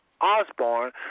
Osborne